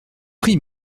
prie